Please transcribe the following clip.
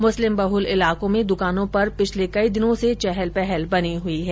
मुस्लिम बहुल इलाकों में द्वकानों पर पिछले कई दिनों से चहल पहल बनी हुई है